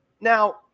Now